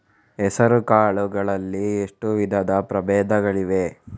ಹೆಸರುಕಾಳು ಗಳಲ್ಲಿ ಎಷ್ಟು ವಿಧದ ಪ್ರಬೇಧಗಳಿವೆ?